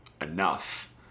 enough